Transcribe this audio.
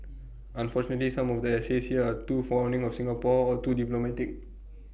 unfortunately some of the essays here are too fawning of Singapore or too diplomatic